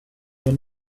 here